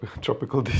tropical